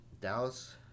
Dallas